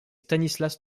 stanislas